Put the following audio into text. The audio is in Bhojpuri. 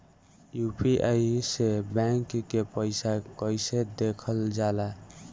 यू.पी.आई से बैंक के पैसा कैसे देखल जाला?